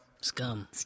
Scum